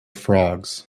frogs